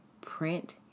print